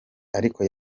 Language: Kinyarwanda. ariko